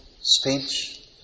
speech